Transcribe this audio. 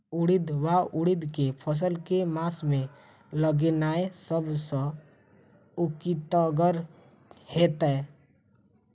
उड़ीद वा उड़द केँ फसल केँ मास मे लगेनाय सब सऽ उकीतगर हेतै?